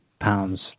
pounds